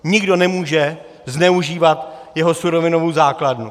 Nikdo nemůže zneužívat jeho surovinovou základnu.